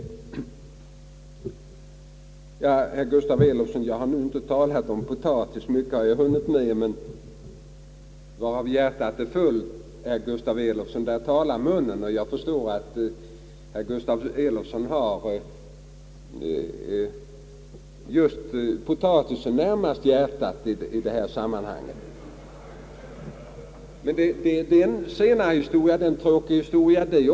Till herr Gustaf Elofsson vill jag säga att jag inte har talat om potatis, men varav hjärtat är fullt, därom talar munnen. Jag förstår att herr Gustaf Elofsson har potatisen närmast hjärtat i det här sammanhanget! Detta är dock en senare historia. Det är också en tråkig historia.